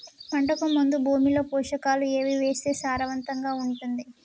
పంటకు ముందు భూమిలో పోషకాలు ఏవి వేస్తే సారవంతంగా ఉంటది?